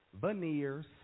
Veneers